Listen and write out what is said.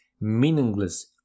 meaningless